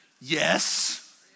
yes